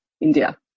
India